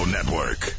Network